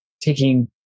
taking